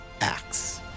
Acts